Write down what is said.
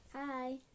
Hi